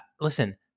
listen